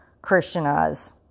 Christianize